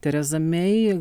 tereza mei